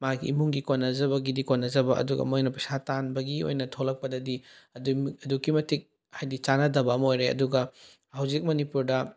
ꯃꯥꯒꯤ ꯏꯃꯨꯡꯒꯤ ꯀꯣꯟꯅꯖꯕꯒꯤꯗꯤ ꯀꯣꯟꯅꯖꯕ ꯑꯗꯨꯒ ꯃꯣꯏꯅ ꯄꯩꯁꯥ ꯇꯥꯟꯕꯒꯤ ꯑꯣꯏꯅ ꯊꯣꯛꯂꯛꯄꯗꯗꯤ ꯑꯗꯨꯛꯀꯤ ꯃꯇꯤꯛ ꯍꯥꯏꯗꯤ ꯆꯥꯟꯅꯗꯕ ꯑꯃ ꯑꯣꯏꯔꯦ ꯑꯗꯨꯒ ꯍꯧꯖꯤꯛ ꯃꯅꯤꯄꯨꯔꯗ